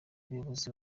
ubuyobozi